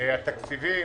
התקציבים